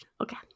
Okay